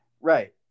right